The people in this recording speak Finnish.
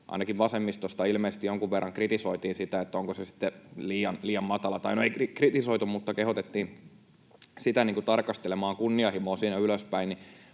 ainakin vasemmistosta ilmeisesti jonkun verran kritisoitiin siitä, onko se sitten liian matala — tai, no, ei kritisoitu, mutta kehotettiin tarkastelemaan kunnianhimoa siinä ylöspäin.